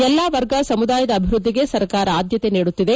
ಎಲ್ಲ ವರ್ಗ ಸಮುದಾಯದ ಅಭಿವೃದ್ದಿಗೆ ಸರ್ಕಾರ ಆದ್ಯತೆ ನೀಡುತ್ತಿದೆ